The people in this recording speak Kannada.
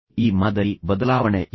ಈ ಮಾದರಿ ಬದಲಾವಣೆ ಏನು